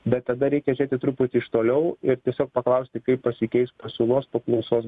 bet tada reikia žiūrėti truputį iš toliau ir tiesiog paklausti kaip pasikeis pasiūlos paklausos